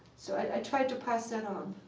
so i tried to pass that on.